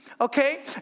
Okay